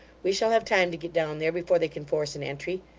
we shall have time to get down there before they can force an entry.